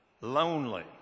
lonely